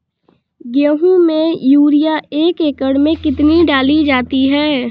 गेहूँ में यूरिया एक एकड़ में कितनी डाली जाती है?